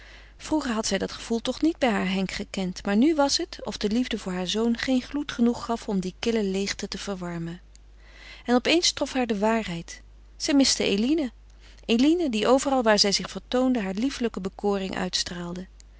vroeger had zij dat gevoel toch niet bij haar henk gekend maar nu was het of de liefde voor haar zoon geen gloed genoeg gaf om die kille leêgte te verwarmen en op eens trof haar de waarheid zij miste eline eline die overal waar zij zich vertoonde haar liefelijke bekoring uitstraalde